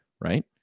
right